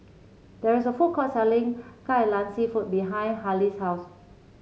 there is a food court selling Kai Lan seafood behind Harlie's house